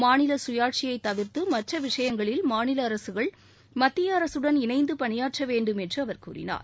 மாநில சுயாட்சியை தவிர்த்து மற்ற விஷயங்களில் மாநில அரசுகள் மத்திய அரசுடன் இணைந்து பணியாற்ற வேண்டும் என்று அவர் கூறினார்